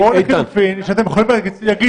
-- זו שאלה ----- או שאתם יכולים להגיד